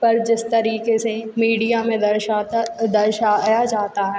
पर जिस तरीके से मीडिया में दर्शाता दर्शाया जाता है